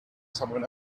someone